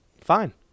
fine